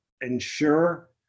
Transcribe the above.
ensure